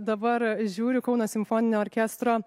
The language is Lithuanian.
dabar žiūriu kauno simfoninio orkestro